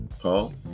paul